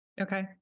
Okay